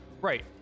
Right